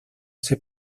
ese